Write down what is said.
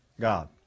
God